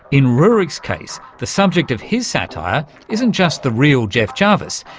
in rurik's case, the subject of his satire isn't just the real jeff jarvis.